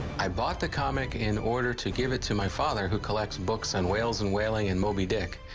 i bought the comic in order to give it to my father, who collects books on whales and whaling and moby dick.